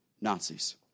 Nazis